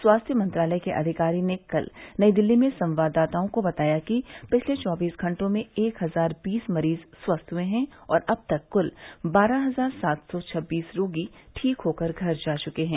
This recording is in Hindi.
स्वास्थ्य मंत्रालय के अधिकारी ने कल नई दिल्ली में संवाददाताओं को बताया कि पिछले चौबीस घंटों में एक हजार बीस मरीज स्वस्थ हुए है और अब तक कुल बारह हजार सात सौ छब्बीस रोगी ठीक होकर घर जा चुके हैं